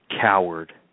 coward